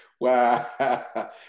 Wow